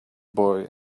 boy